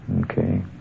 Okay